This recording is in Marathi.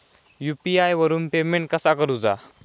यू.पी.आय वरून पेमेंट कसा करूचा?